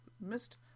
missed